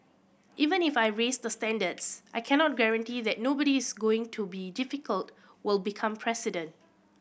even if I raise the standards I cannot guarantee that nobody is going to be difficult will become president